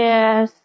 Yes